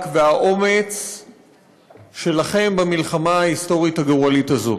והאומץ שלכם במלחמה ההיסטורית הגורלית הזו.